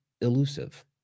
elusive